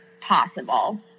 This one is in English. possible